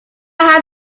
house